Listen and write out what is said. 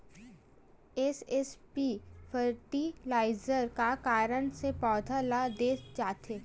SSP fertiliser का कारण से पौधा ल दे जाथे?